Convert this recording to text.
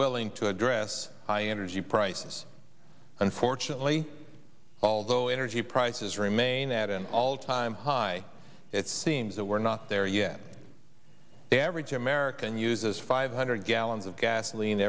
willing to address high energy prices unfortunately although energy prices remain at an all time high it seems that we're not there yet the average american uses five hundred gallons of gasoline